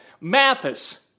Mathis